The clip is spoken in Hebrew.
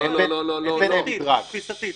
תפיסתית.